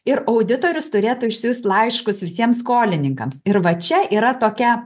ir auditorius turėtų išsiųst laiškus visiems skolininkams ir va čia yra tokia